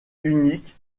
unique